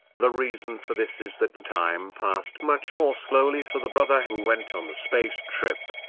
the reason for this is that the time passed much more slowly for the brother who went on the space trip.